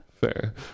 fair